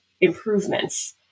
improvements